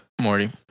Morty